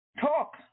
Talk